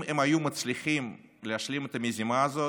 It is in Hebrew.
אם הם היו מצליחים להשלים את המזימה הזאת,